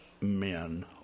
Men